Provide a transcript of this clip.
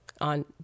on